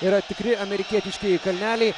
yra tikri amerikietiškieji kalneliai